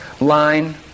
line